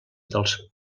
dels